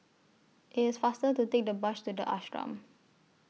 IT IS faster to Take The Bus to The Ashram